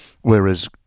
whereas